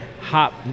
hop